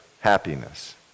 happiness